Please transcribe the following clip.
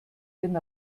den